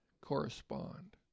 correspond